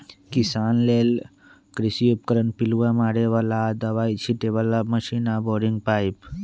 किसान लेल कृषि उपकरण पिलुआ मारे बला आऽ दबाइ छिटे बला मशीन आऽ बोरिंग पाइप